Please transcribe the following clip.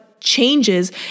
changes